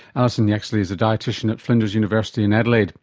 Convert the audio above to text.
alison yaxley is a dietitian at flinders university in adelaide.